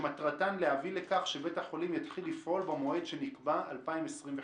שמטרתן להביא לכך שבית החולים יתחיל לפעול במועד שנקבע 2025,